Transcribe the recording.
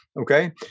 Okay